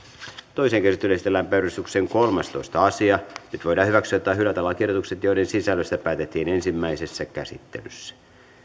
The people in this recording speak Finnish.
toiseen käsittelyyn esitellään päiväjärjestyksen kolmastoista asia nyt voidaan hyväksyä tai hylätä lakiehdotukset joiden sisällöstä päätettiin ensimmäisessä käsittelyssä